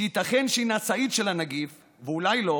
שייתכן שהיא נשאית של הנגיף ואולי לא,